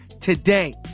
today